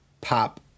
pop